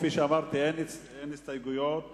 כפי שאמרתי, אין הסתייגויות.